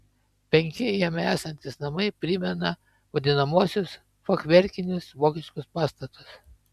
penki jame esantys namai primena vadinamuosius fachverkinius vokiškus pastatus